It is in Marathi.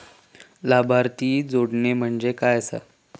लाभार्थी जोडणे म्हणजे काय आसा?